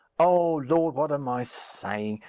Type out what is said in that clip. oh, lord! what am i saying?